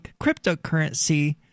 cryptocurrency